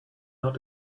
ought